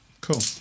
Cool